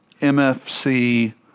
MFC